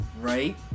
right